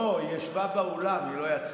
לא, היא ישבה באולם, היא לא יצאה.